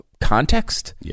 context